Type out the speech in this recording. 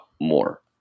more